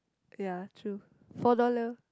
ya true four dollar